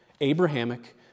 Abrahamic